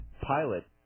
pilot